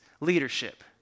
leadership